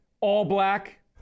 all-black